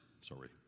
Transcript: Sorry